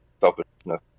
selfishness